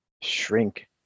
shrink